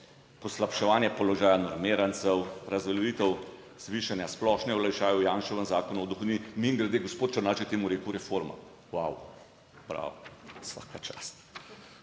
poslabševanje položaja normirancev, razveljavitev zvišanja splošne olajšave v Janševem zakonu o dohodnini, mimogrede gospod Černač je temu rekel reforma, vau, bravo vsaka čast.